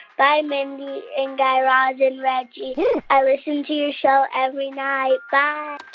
bye, mindy and guy raz and reggie i listen to your show every night. bye